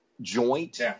joint